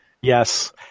Yes